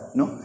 no